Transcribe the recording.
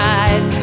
eyes